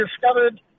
discovered